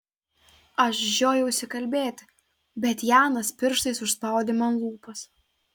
aš žiojausi kalbėti bet janas pirštais užspaudė man lūpas